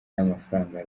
n’amafaranga